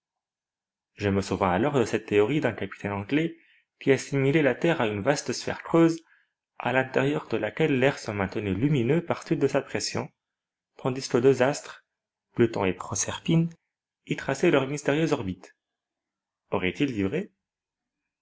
je me souvins alors de cette théorie d'un capitaine anglais qui assimilait la terre à une vaste sphère creuse à l'intérieur de laquelle l'air se maintenait lumineux par suite de sa pression tandis que deux astres pluton et proserpine y traçaient leurs mystérieuses orbites aurait-il dit